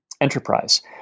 enterprise